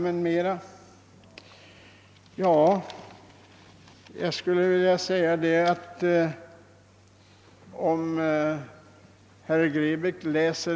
Sedan talade herr Grebäck om laglig åtkomst, handlingar m.m.